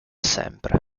sempre